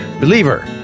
Believer